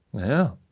yeah.